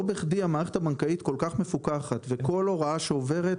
לא בכדי המערכת הבנקאית כל כך מפוקחת וכל הוראה שעוברת